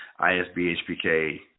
ISBHPK